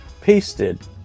pasted